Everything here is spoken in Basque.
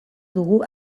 dugu